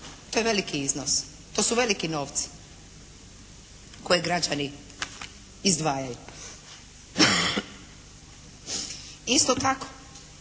To je veliki iznos. To su veliki novci koje građani izdvajaju. Isto tako